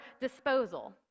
disposal